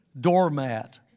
doormat